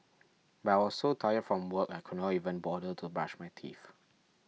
why I so tired from work I could not even bother to brush my teeth